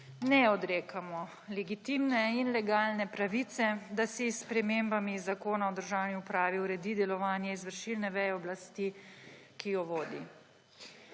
ne odrekamo legitimne in legalne pravice, da si s spremembami Zakona o državni upravi uredi delovanje izvršilne veje oblasti, ki jo vodi.